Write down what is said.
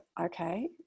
okay